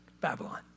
Babylon